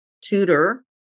tutor